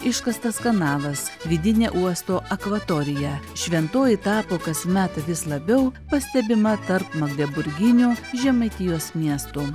iškastas kanalas vidinė uosto akvatorija šventoji tapo kasmet vis labiau pastebima tarp mūsų magdeburginių žemaitijos miestų